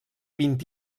vint